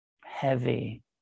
heavy